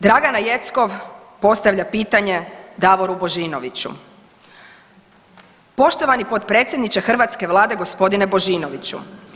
Dragana Jeckov postavlja pitanje Davoru Božinoviću, poštovani potpredsjedniče hrvatske Vlade g. Božinoviću.